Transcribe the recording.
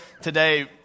today